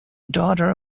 daughter